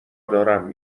دارم